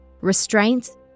restraints